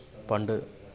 പണ്ട്